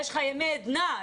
ימי עדנה,